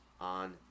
on